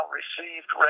received